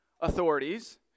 authorities